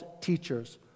teachers